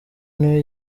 niho